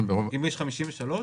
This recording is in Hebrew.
אם יש 53?